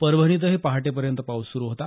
परभणीतही पहाटेपर्यंत पाऊस सुरु होता